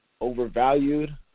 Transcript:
overvalued